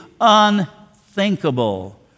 unthinkable